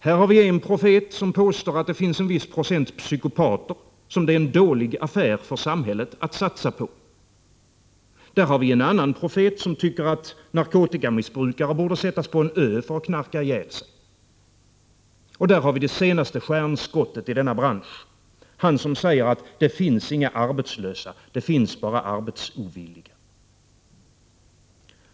Där har vi en profet som påstår att det finns en viss procent psykopater, som det är en dålig affär för samhället att satsa på. Där har vi en annan profet som tycker att narkotikamissbrukare borde sättas på en ö för att knarka ihjäl sig. Och där har vi det senaste stjärnskottet i denna bransch — han som säger att det finns inga arbetslösa, det finns bara arbetsovilliga.